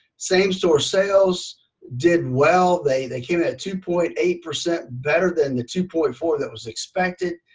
same store sales did well, they they came in at two point eight percent, better than the two point four that was expected.